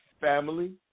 family